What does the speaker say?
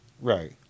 Right